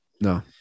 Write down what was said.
No